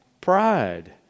pride